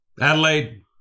Adelaide